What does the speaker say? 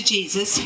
Jesus